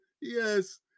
Yes